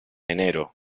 enero